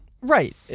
Right